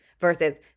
versus